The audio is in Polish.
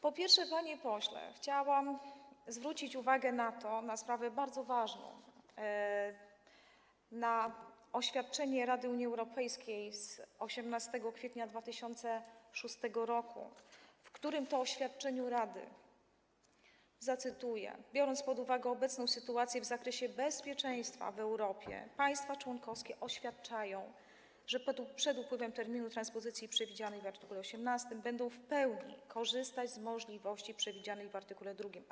Po pierwsze, panie pośle, chciałabym zwrócić uwagę na sprawę bardzo ważną, tj. na oświadczenie Rady Unii Europejskiej z 18 kwietnia 2006 r., które to oświadczenie Rady zacytuję: biorąc pod uwagę obecną sytuację w zakresie bezpieczeństwa w Europie, państwa członkowskie oświadczają, że przed upływem terminu transpozycji przewidzianej w art. 18 będą w pełni korzystać z możliwości przewidzianej w art. 2.